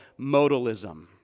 modalism